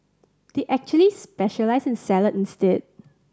they actually specialise in salad instead